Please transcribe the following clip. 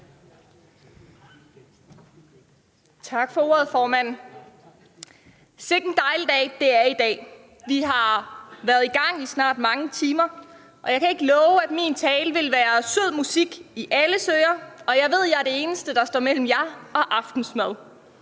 Tak for ordet, formand. Sikke'n dejlig dag det er i dag – vi har været i gang i snart mange timer, og jeg kan ikke love, at min tale vil være sød musik i alles ører, og jeg ved, at jeg er det eneste, der står mellem jer og aftensmad.